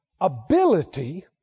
Ability